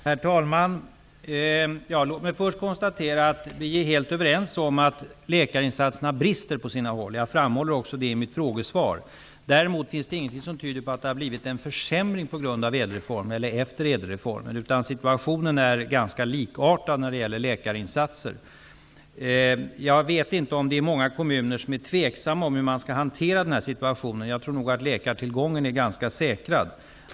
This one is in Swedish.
Herr talman! Låt mig först konstatera att vi är helt överens om att läkarinsatserna brister på sina håll. Jag framhåller också det i mitt frågesvar. Däremot finns det ingenting som tyder på att det har blivit en försämring efter ÄDEL-reformen. Situationen är ganska likartad när det gäller läkarinsatser. Jag vet inte om det är många kommuner som är tveksamma om hur de skall hantera situationen. Jag tror att läkartillgången är ganska säkrad.